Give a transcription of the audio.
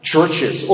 Churches